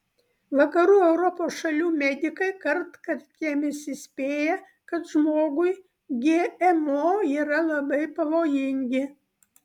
vakarų europos šalių medikai kartkartėmis įspėja kad žmogui gmo yra labai pavojingi